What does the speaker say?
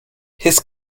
his